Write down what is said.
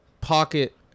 pocket